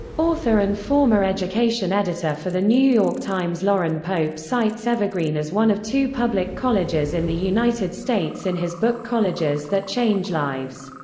author and former education editor editor for the new york times loren pope cites evergreen as one of two public colleges in the united states in his book colleges that change lives.